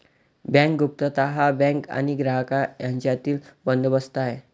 bank गुप्तता हा bank आणि ग्राहक यांच्यातील बंदोबस्त आहे